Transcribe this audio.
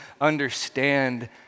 understand